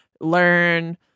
learn